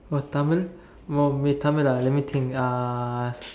oh Tamil orh uh Tamil ah let me think uh